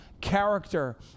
character